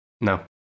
No